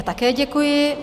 Také děkuji.